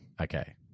Okay